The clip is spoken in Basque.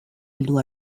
heldu